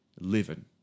living